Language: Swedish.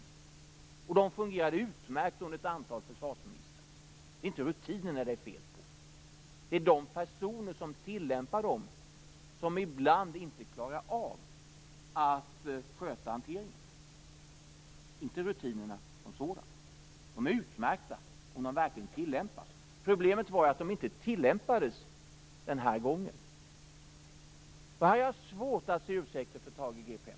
Det är inte rutinerna det är fel på. Det är de personer som tillämpar dem som ibland inte klarar av att sköta hanteringen. Rutinerna som sådana är utmärkta om de verkligen tillämpas. Problemet var ju att de inte tilllämpades den här gången. Här har jag svårt att se ursäkter för Thage G Peterson.